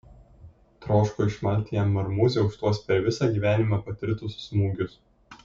troško išmalti jam marmūzę už tuos per visą gyvenimą patirtus smūgius